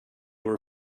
were